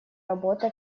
работа